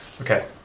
Okay